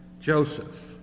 Joseph